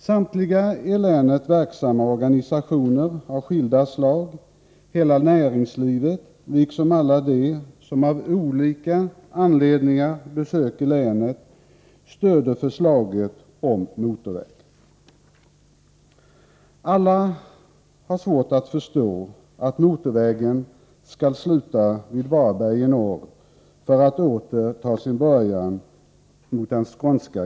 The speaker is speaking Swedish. Samtliga i länet verksamma organisationer av skilda slag, näringslivet liksom alla de som av olika anledningar besöker länet stöder förslaget om motorväg genom länet. Alla har svårt att förstå att motorvägen skall sluta vid Varberg i norr för att åter börja vid gränsen mot Skåne.